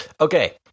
Okay